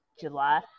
July